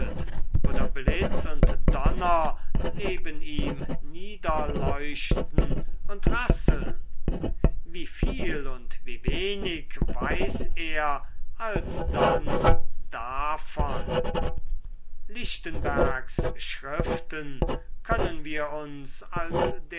oder blitz und donner neben ihm niederleuchten und rasseln wie viel und wie wenig weiß er alsdann davon lichtenbergs schriften können wir uns als